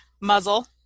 Muzzle